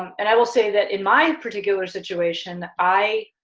and i will say that in my particular situation, i